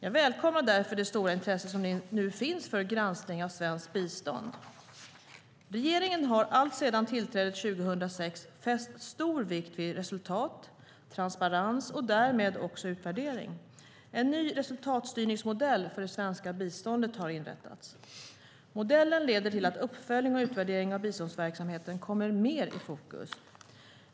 Jag välkomnar därför det stora intresse som nu finns för granskning av svenskt bistånd. Regeringen har alltsedan tillträdet 2006 fäst stor vikt vid resultat, transparens och därmed också utvärdering. En ny resultatstyrningsmodell för det svenska biståndet har inrättats. Modellen leder till att uppföljning och utvärdering av biståndsverksamheten kommer mer i fokus.